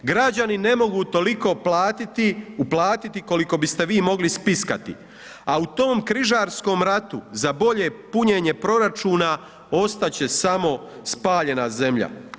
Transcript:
Građani ne mogu toliko uplatiti koliko biste vi mogli spiskati a u tom Križarskom ratu za bolje punjenje proračuna ostati će samo spaljena zemlja.